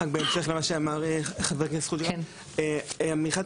בהמשך למה שאמר חבר הכנסת חוג'יראת: מחד,